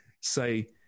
say